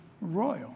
royal